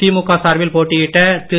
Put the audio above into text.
திமுக சார்பில் போட்டியிட்ட திரு